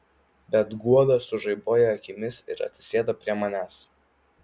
bet guoda sužaibuoja akimis ir atsisėda prie manęs